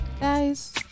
Guys